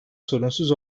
sorunsuz